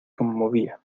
conmovía